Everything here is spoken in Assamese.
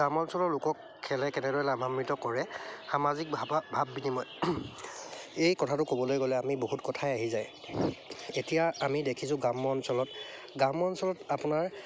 গ্ৰাম্যাঞ্চলৰ লোকক খেলে কেনেদৰে লাভাম্বিত কৰে সামাজিক ভা ভাৱ বিনিময় এই কথাটো ক'বলৈ গ'লে আমি বহুত কথাই আহি যায় এতিয়া আমি দেখিছোঁ গ্ৰাম্য অঞ্চলত গ্ৰাম্য অঞ্চলত আপোনাৰ